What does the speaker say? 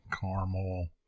caramel